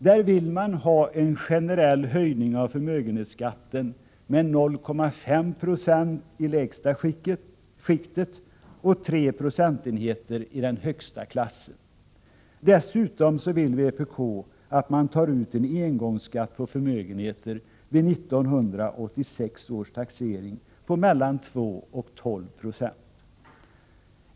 Där vill man ha en generell höjning av förmögenhetsskatten med 0,5 procentenheter i lägsta skiktet och 3 procentenheter i högsta skiktet. Dessutom vill vpk att man vid 1986 års taxering tar ut en engångsskatt på förmögenheter på mellan 2 och 12 96.